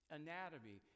anatomy